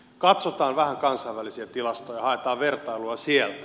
katsotaan vähän kansainvälisiä tilastoja haetaan vertailua sieltä